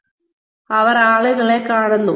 ഞങ്ങൾ ആളുകളെ കാണുന്നു